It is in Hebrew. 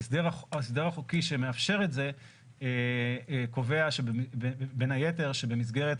ההסדר החוקי שמאפשר את זה קובע בין היתר שבמסגרת